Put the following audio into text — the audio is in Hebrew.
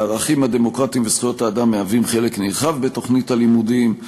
הערכים הדמוקרטיים וזכויות האדם מהווים חלק נרחב בתוכנית הלימודים.